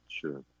Sure